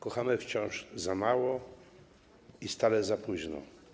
Kochamy wciąż za mało i stale za późno.